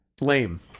Lame